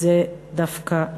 זה דווקא כן,